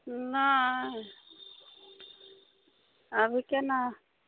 अ नहि अभी कोना